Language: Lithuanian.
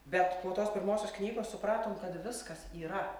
bet po tos pirmosios knygos supratom kad viskas yra